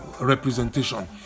representation